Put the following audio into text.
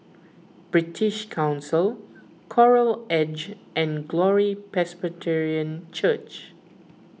British Council Coral Edge and Glory Presbyterian Church